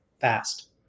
fast